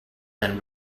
then